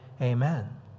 Amen